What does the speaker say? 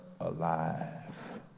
alive